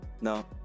no